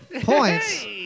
points